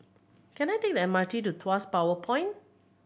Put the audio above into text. can I take the M R T to Tuas Power Point